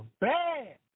bad